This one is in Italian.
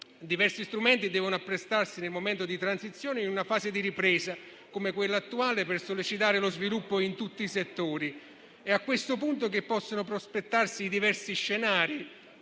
diversi strumenti devono apprestarsi nel momento di transizione in una fase di ripresa, come quella attuale, per sollecitare lo sviluppo in tutti i settori. È a questo punto che possono prospettarsi diversi scenari,